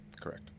Correct